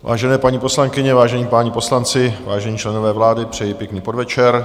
Vážené paní poslankyně, vážení páni poslanci, vážení členové vlády, přeji pěkný podvečer.